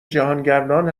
جهانگردان